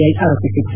I ಆರೋಪಿಸಿತ್ತು